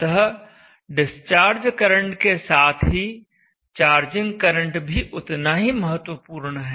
अतः discharge current के साथ ही चार्जिंग करंट भी उतना ही महत्वपूर्ण है